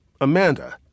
Amanda